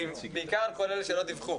בעיקר לגבי כל אלה שלא דיווחו.